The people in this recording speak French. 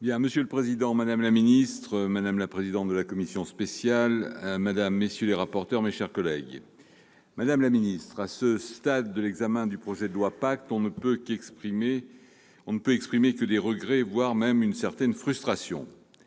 Monsieur le président, madame la secrétaire d'État, madame la présidente de la commission spéciale, madame, messieurs les rapporteurs, mes chers collègues, à ce stade de l'examen du projet de loi Pacte, on ne peut exprimer que des regrets, voire une certaine frustration.